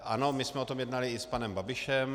Ano, my jsme o tom jednali i s panem Babišem.